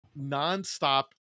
nonstop